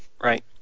Right